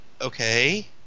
Okay